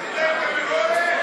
מרב, הוא ראש ועדה.